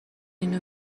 اینو